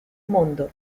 mondo